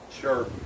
sure